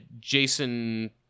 Jason